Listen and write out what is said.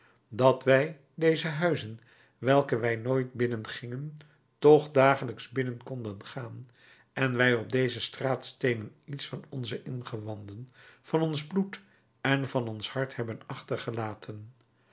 dat wij deze huizen welke wij nooit binnen gingen toch dagelijks binnen konden gaan en wij op deze straatsteenen iets van onze ingewanden van ons bloed en van ons hart hebben achtergelaten